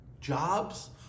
jobs